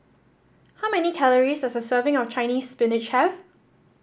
how many calories does a serving of Chinese Spinach have